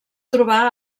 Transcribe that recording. trobar